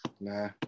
Nah